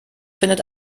findet